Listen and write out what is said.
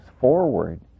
forward